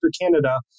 Canada